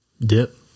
dip